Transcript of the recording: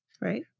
right